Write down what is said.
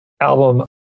album